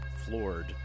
floored